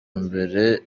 mbere